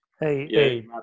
Hey